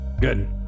Good